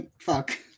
Fuck